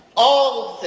all